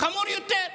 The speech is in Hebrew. חמור יותר.